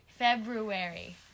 February